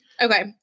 Okay